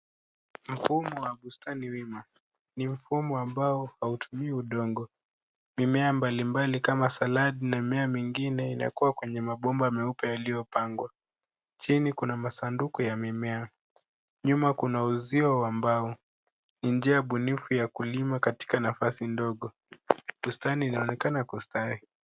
Mfumo wa bustani wima. Ni mfumo ambao hautumi udongo. Mimea mbalimbali kama salad , mimea mengine inakua kwenye mabomba meupe yaliyopangwa. Chini kuna masanduku ya mimea. Nyuma kuna uzio wa mbao. Ni njia bunifu ya kulima katika nafasi ndogo. Bustani inaonekana ya kustarehe.